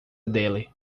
dele